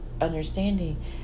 understanding